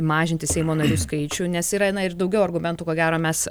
mažinti seimo narių skaičių nes yra na ir daugiau argumentų ko gero mes